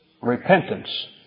Repentance